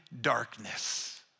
darkness